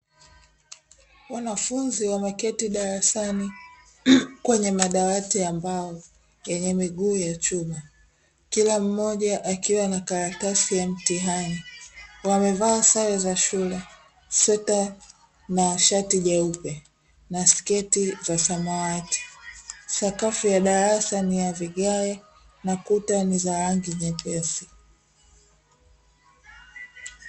Wanafunzi wameketi darasani kwenye madawati ya mbao yenye miguu ya chuma, kila mmoja akiwa na karatasi ya mtihani. Wamevaa sare za shule; sweta na shati jeupe na sketi za samawati. Sakafu ya darasa ni ya vigae na kuta ni za rangi nyepesi.